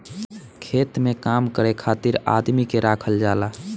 खेत में काम करे खातिर आदमी के राखल जाला